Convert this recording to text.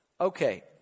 Okay